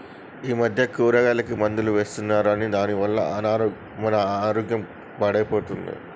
ఈ మధ్య కూరగాయలకి మందులు వేస్తున్నారు దాని వల్ల మన ఆరోగ్యం పాడైపోతుంది